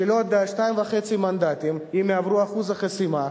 של שניים וחצי מנדטים, אם יעברו את אחוז החסימה.